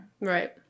Right